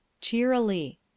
Cheerily